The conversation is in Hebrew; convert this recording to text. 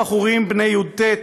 / אולי מפני שבחורים בני י"ט,